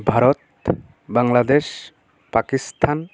Bharat Bangladesh Pakistan